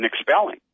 expelling